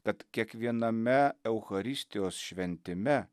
kad kiekviename eucharistijos šventime